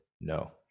No